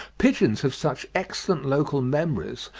pigeons have such excellent local memories,